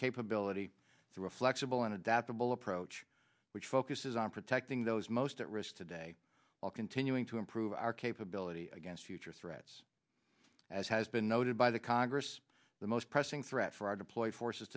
capability through a flexible and adaptable approach which focuses on protecting those most at risk today while continuing to improve our capability against future threats as has been noted by the congress the most pressing threat for our deployed forces